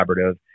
collaborative